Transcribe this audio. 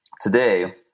Today